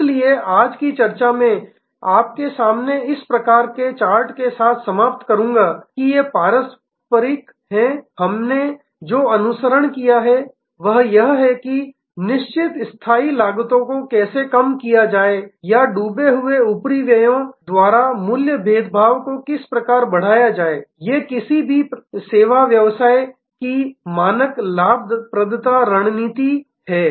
इसलिए आज की चर्चा मैं आपके सामने इस प्रकार के चार्ट के साथ समाप्त करूंगा कि ये पारंपरिक हैं हमने जो अनुसरण किया है वह यह है कि निश्चित स्थाई लागतो को कैसे कम किया जाए या डूबे हुए ऊपरीव्यय द्वारा मूल्य भेदभाव को किस प्रकार बढ़ाया जाए ये किसी की भी सेवा व्यवसाय की मानक लाभप्रदता रणनीति हैं